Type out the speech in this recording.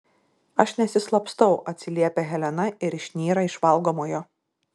aš nesislapstau atsiliepia helena ir išnyra iš valgomojo